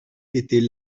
était